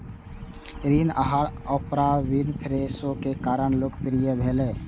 ऋण आहार Oprah Winfrey show के कारण लोकप्रिय भेलै